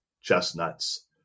chestnuts